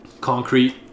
concrete